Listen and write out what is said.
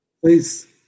Please